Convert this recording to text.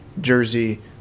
jersey